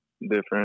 different